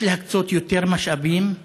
יש להקצות יותר משאבים,